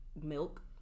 milk